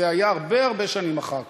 זה היה הרבה הרבה שנים אחר כך.